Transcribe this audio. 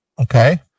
Okay